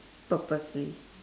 purposely